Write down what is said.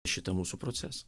šitą mūsų procesą